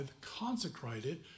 consecrated